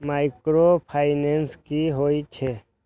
Micro finance कि होई छै?